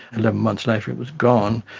eleven months later it was gone.